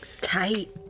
Tight